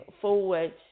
forward